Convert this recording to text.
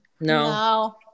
No